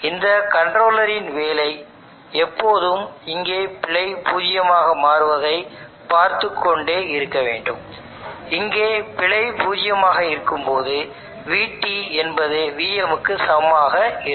இந்த கண்ட்ரோலர் இன் வேலை எப்போதும் இங்கே பிழை பூஜ்ஜியமாக மாறுவதை பார்த்துக்கொண்டே வேண்டும் இங்கே பிழை பூஜ்யமாக இருக்கும்போது vT என்பது vm க்கு சமமாக இருக்கும்